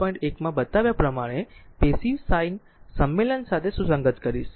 1 b માં બતાવ્યા પ્રમાણે પેસીવ સાઇન સંમેલન સાથે સુસંગત કરીશ